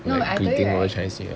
no I told you right